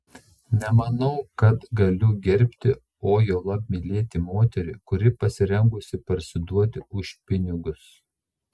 nemanau kad galiu gerbti o juolab mylėti moterį kuri pasirengusi parsiduoti už pinigus